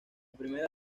primera